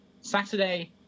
Saturday